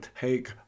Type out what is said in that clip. take